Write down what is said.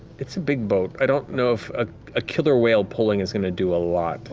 it's a big boat. i don't know if ah a killer whale pulling is going to do a lot,